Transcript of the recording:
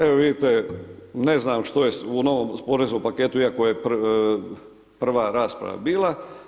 Evo vidite, ne znam što je u novom poreznom paketu iako je prva rasprava bila.